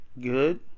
good